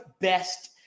best